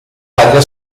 taglia